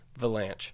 Valanche